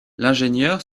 l’ingénieur